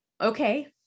okay